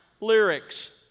lyrics